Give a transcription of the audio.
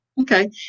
Okay